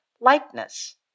likeness